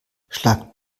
schlagt